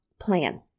plan